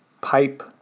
pipe